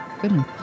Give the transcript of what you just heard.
good